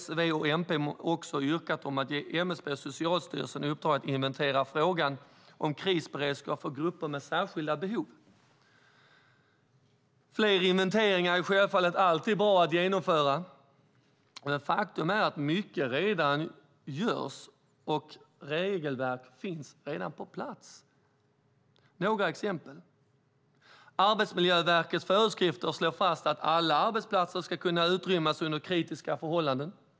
S, V och MP har också yrkat om att ge MSB och Socialstyrelsen i uppdrag att inventera frågan om krisberedskap för grupper med särskilda behov. Fler inventeringar är självfallet alltid bra att genomföra, men faktum är att mycket redan görs och att regelverk redan finns på plats. Jag har några exempel: Arbetsmiljöverkets föreskrifter slår fast att alla arbetsplatser ska kunna utrymmas under kritiska förhållanden.